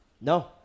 no